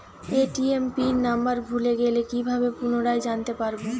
ATM pin number ভুলে গেলে কি ভাবে পুনরায় জানতে পারবো?